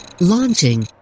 Launching